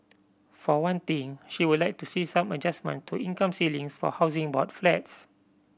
for one thing she would like to see some adjustment to income ceilings for Housing Board flats